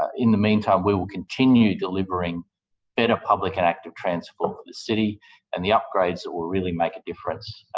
in the meantime, we will continue delivering better public and active transport to the city and the upgrades that will really make a difference,